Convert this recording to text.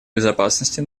безопасности